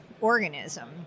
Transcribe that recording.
organism